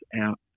out